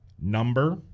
number